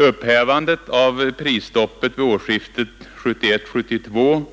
Upphävandet av prisstoppet vid årsskiftet 1971—1972